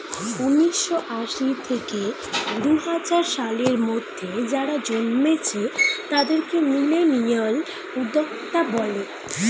উন্নিশো আশি থেকে দুহাজার সালের মধ্যে যারা জন্মেছে তাদেরকে মিলেনিয়াল উদ্যোক্তা বলে